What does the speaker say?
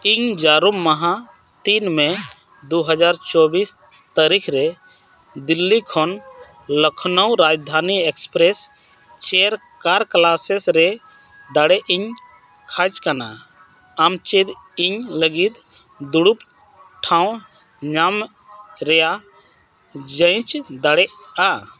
ᱤᱧ ᱡᱟᱹᱨᱩᱢ ᱢᱟᱦᱟ ᱛᱤᱱ ᱢᱮ ᱫᱩ ᱦᱟᱡᱟᱨ ᱪᱚᱵᱽᱵᱤᱥ ᱛᱟᱹᱨᱤᱠᱷ ᱨᱮ ᱫᱤᱞᱞᱤ ᱠᱷᱚᱱ Lucknow Rajdhani express chair car classes ᱨᱮ ᱫᱟᱲᱮᱜ ᱤᱧ ᱠᱷᱚᱡᱽ ᱠᱟᱱᱟ ᱟᱢ ᱪᱮᱫ ᱤᱧ ᱞᱟᱹᱜᱤᱫ ᱫᱩᱲᱩᱵ ᱴᱷᱟᱶ ᱧᱟᱢ ᱨᱮᱭᱟᱜ ᱡᱟᱪ ᱫᱟᱲᱮᱭᱟᱜᱼᱟ